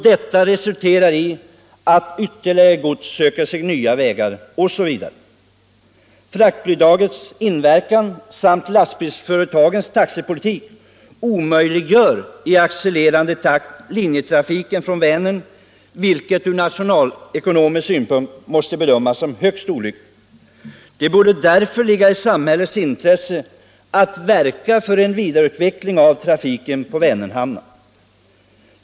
Detta resulterar i att ytterligare gods söker sig nya vägar, osv. Fraktbidragets inverkan samt lastbilsföretagens taxepolitik omöjliggör i accelererande takt linjetrafiken från Vänern, vilket ur nationalekonomisk synpunkt måste bedömas som högst olyckligt. Det borde därför ligga i samhällets intresse att verka för en vidareutveckling av trafiken på Vänerhamnarna.